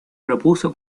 propuso